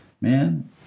Man